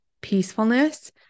peacefulness